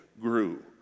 grew